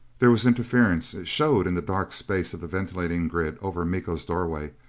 there was interference it showed in the dark space of the ventilator grid over miko's doorway,